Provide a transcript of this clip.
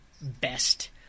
best